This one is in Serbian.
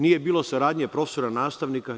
Nije bilo saradnje profesora-nastavnika?